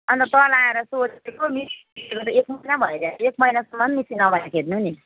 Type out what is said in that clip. अन्त तल आएर सोधेको एक महिना भयो क्या एक महिनासम्म मसिन नबनाएको हेर्नु नि